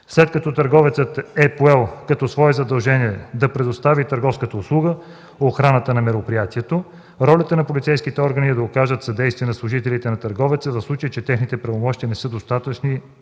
След като търговецът е поел като свое задължение да предостави търговската услуга – охраната на мероприятието, ролята на полицейските органи е да окажат съдействие на служителите на търговеца, в случай че техните правомощия не са достатъчни